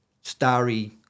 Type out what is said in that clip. starry